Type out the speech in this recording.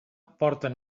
porten